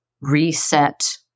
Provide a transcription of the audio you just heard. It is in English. reset